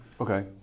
Okay